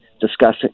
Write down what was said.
discussing